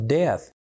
death